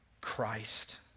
Christ